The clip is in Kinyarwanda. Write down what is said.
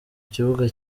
kibuga